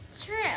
True